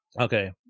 Okay